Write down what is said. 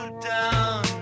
down